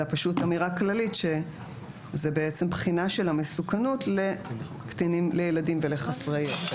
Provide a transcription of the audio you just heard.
אלא פשוט אמירה כללית שזה בעצם בחינה של המסוכנות לילדים ולחסרי ישע.